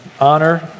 honor